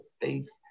face